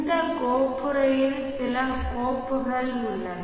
இந்த கோப்புறையில் சில கோப்புகள் உள்ளன